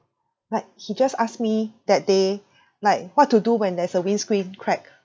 like he just asked me that day like what to do when there's a windscreen crack